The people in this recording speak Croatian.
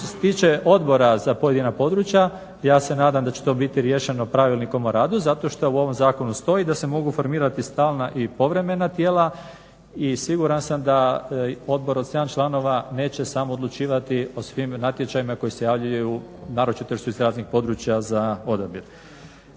tiče odbora za pojedina područja ja se nadam da će to biti riješeno Pravilnikom o radu zato što u ovom zakonu stoji da se mogu formirati stalna i povremena tijela i siguran sam da odbor od 7 članova neće sam odlučivati o svim natječajima koji se javljaju, naročito jer su iz raznih područja za odabir.